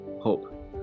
hope